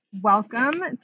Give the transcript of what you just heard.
Welcome